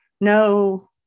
no